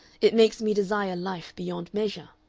it makes me desire life beyond measure.